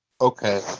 Okay